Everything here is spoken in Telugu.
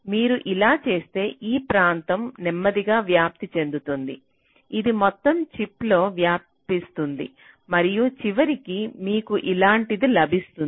మీరు ఇలా చేస్తే ఈ ప్రాంతం నెమ్మదిగా వ్యాప్తి చెందుతుంది ఇది మొత్తం చిప్లో వ్యాపిస్తుంది మరియు చివరికి మీకు ఇలాంటిది లభిస్తాయి